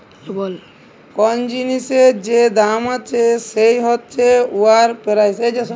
call জিলিসের যে দাম আছে সেট হছে উয়ার পেরাইস